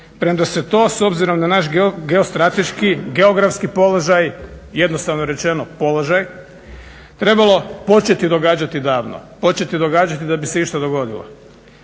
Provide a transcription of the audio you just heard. premda se to s obzirom na naš geostrateški geografski položaj, jednostavno rečeno položaj, trebalo početi događati davno, početi događati da bi se išta dogodilo.